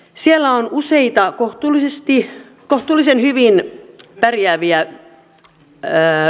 siellä on useita kohtuullisen hyvin pärjääviä yrityksiä